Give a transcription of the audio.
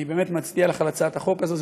אני באמת מצדיע לך על הצעת החוק הזאת,